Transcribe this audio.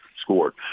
scored